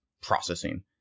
processing